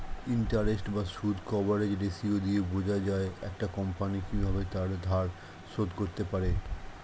interest বা সুদ coverage ratio দিয়ে বোঝা যায় একটা কোম্পানি কিভাবে তার ধার শোধ করতে পারে